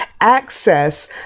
access